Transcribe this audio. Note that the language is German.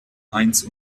eins